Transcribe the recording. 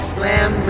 Slam